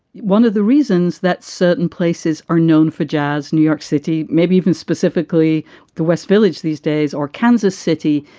one of the reasons that certain places are known for jazz, new york city, maybe even specifically the west village these days or kansas city,